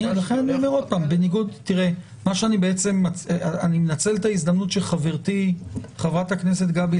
אני מתקשה לראות שופט שיזלזל בזה.